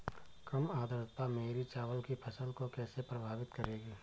कम आर्द्रता मेरी चावल की फसल को कैसे प्रभावित करेगी?